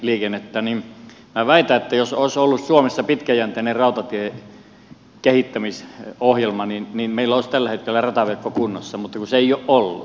minä väitän että jos olisi ollut suomessa pitkäjänteinen rautatien kehittämisohjelma niin meillä olisi tällä hetkellä rataverkko kunnossa mutta sitä ei ole ollut